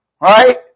Right